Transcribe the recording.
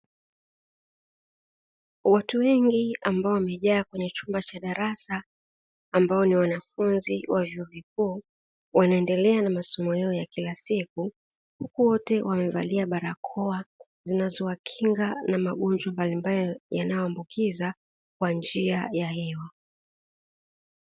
Watu wengi ambao wamejaa kwenye chumba cha darasa, ambao ni wanafunzi wa vyuo vikuu, wanaendelea na masomo yao ya kila siku huku wote wamevalia barakoa zinazowakinga na magonjwa mbalimbali yanayoambukiza kwa njia ya hewa.